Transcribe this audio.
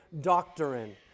doctrine